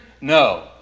No